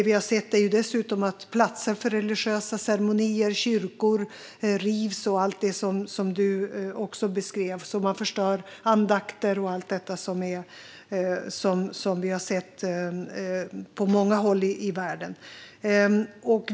Vi har dessutom sett att platser för religiösa ceremonier, till exempel kyrkor, rivs, precis som du beskrev, och på många håll i världen förstör man andakter med mera.